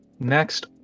Next